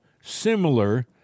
similar